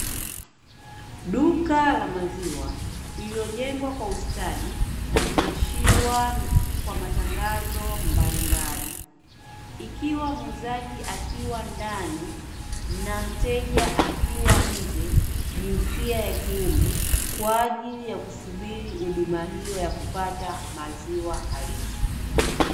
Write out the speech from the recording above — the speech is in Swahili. Duka la maziwa lililojengwa kwa ustadi na kunakshiwa kwa matangazo mbalimbali, ikiwa muuzaji akiwa ndani na mteja akiwa nje jinsia ya kiume kwa ajili ya kusubiri huduma hiyo ya kupata maziwa halisi.